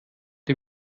ihr